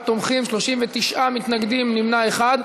34 תומכים, 39 מתנגדים, נמנע אחד.